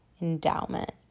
endowment